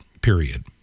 period